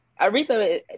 Aretha